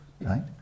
Right